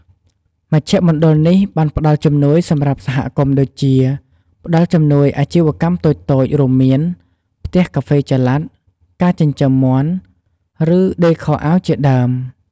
មជ្ឈមណ្ឌលនេះបានផ្ដល់ជំនួយសម្រាប់សហគមន៍ដូចជា ផ្ដល់់ជំនួយអាជីវកម្មតូចៗ រួមមាន ផ្ទះកាហ្វេចល័ត ការចិញ្ចឹមមាន់ ឬ ដេរខោអាវជាដើម។